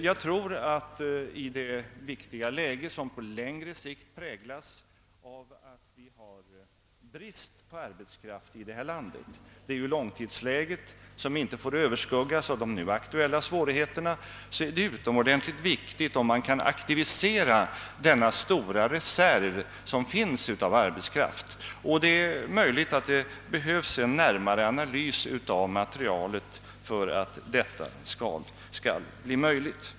Jag tror att i det viktiga läge som på längre sikt präglas av att vi har brist på arbetskraft i det här landet — det är ju långtidsläget som inte får överskuggas av de nu aktuella svårigheterna — är det utomordentligt viktigt om man kan aktivisera denna stora arbetskraftsreserv. Det är möjligt att det behövs en närmare analys av materialet för att detta skall bli möjligt.